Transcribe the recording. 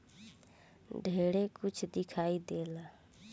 ढेरे कुछ दिखाई देला